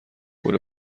پلو